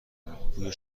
کنم، بوی